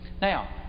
Now